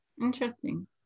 Interesting